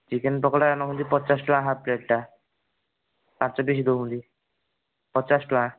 chicken pakora ନେଉଛନ୍ତି ପଚାଶ ଟଙ୍କା ହାପ୍ ପ୍ଳେଟଟା ପାଞ୍ଚ ପିସ୍ ଦେଉଛନ୍ତି ପଚାଶ ଟଙ୍କା